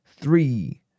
three